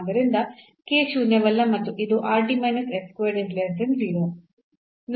ಆದ್ದರಿಂದ k ಶೂನ್ಯವಲ್ಲ ಮತ್ತು ಇದು